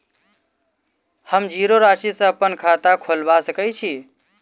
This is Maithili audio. हम जीरो राशि सँ अप्पन खाता खोलबा सकै छी?